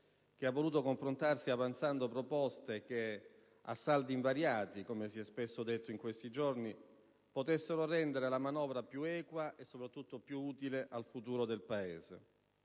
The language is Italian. che ha voluto confrontarsi avanzando proposte che, a saldi invariati - come si è spesso detto in questi giorni - potessero rendere la manovra più equa, e soprattutto più utile al futuro del Paese.